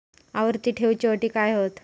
आवर्ती ठेव च्यो अटी काय हत?